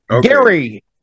Gary